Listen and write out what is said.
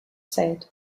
said